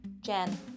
Jen